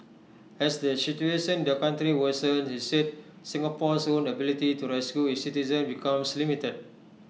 as the situation in the country worsens he said Singapore's own ability to rescue its citizens becomes limited